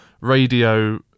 radio